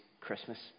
Christmas